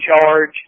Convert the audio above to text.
charge